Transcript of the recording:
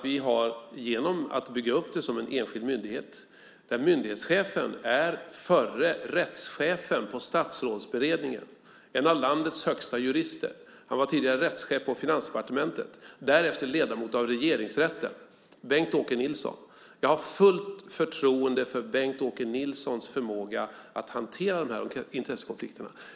Vi har byggt upp detta som en enskild myndighet, där myndighetschefen är förre rättschefen på Statsrådsberedningen - en av landets högsta jurister, han var tidigare rättschef på Finansdepartementet och därefter ledamot av Regeringsrätten - Bengt-Åke Nilsson. Jag har fullt förtroende för Bengt-Åke Nilssons förmåga att hantera dessa intressekonflikter.